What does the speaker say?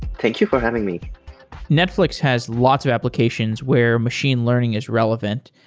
thank you for having me netflix has lots of applications where machine learning is relevant,